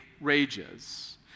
rages